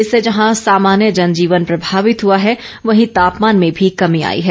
इससे जहां सामान्य जनजीवन प्रभावित हुआ है वहीं तापमान में भी कमी आई है